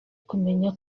kumenya